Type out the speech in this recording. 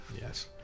yes